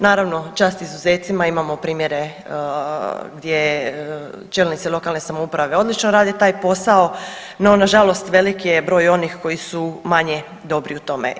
Naravno čast izuzetcima, imamo primjere gdje čelnici lokalne samouprave odlično rade taj posao, no nažalost veliki je broj onih koji su manje dobri u tome.